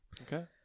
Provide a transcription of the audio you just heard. Okay